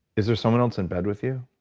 is there someone else in bed with you?